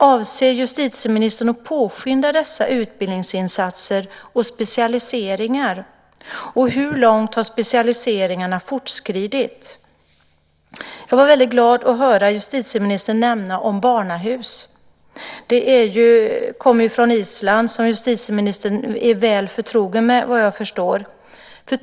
Avser justitieministern att påskynda dessa utbildningsinsatser och specialiseringar? Hur långt har specialiseringarna fortskridit? Jag var väldigt glad att höra justitieministern nämna barnahus. Idén kommer från Island, som justitieministern är väl förtrogen med, vad jag förstår.